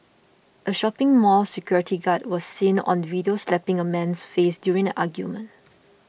a shopping mall security guard was seen on video slapping a man's face during an argument